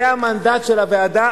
זה המנדט של הוועדה,